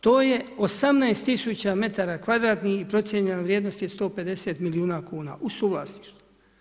To je 18 tisuća metara kvadratnih, procijenjena vrijednost je 150 milijuna kuna u suvlasništvu.